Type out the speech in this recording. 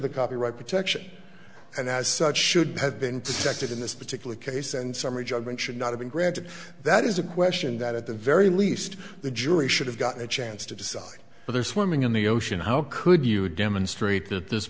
the copyright protection and as such should have been intercepted in this particular case and summary judgment should not have been granted that is a question that at the very least the jury should have got a chance to decide for their swimming in the ocean how could you demonstrate that this